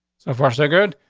so far, so good.